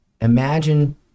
Imagine